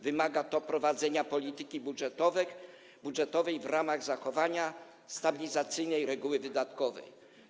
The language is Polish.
Wymaga to prowadzenia polityki budżetowej w ramach zachowania stabilizacyjnej reguły wydatkowej.